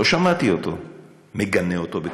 לא שמעתי אותו מגנה אותו בקולו,